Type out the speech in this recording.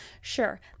sure